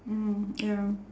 mm ya